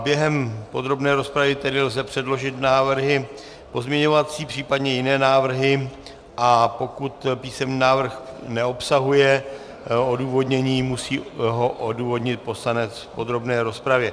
Během podrobné rozpravy tedy lze předložit návrhy pozměňovací, případně jiné návrhy, a pokud písemný návrh neobsahuje odůvodnění, musí ho odůvodnit poslanec v podrobné rozpravě.